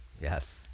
Yes